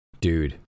Dude